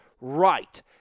Right